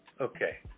Okay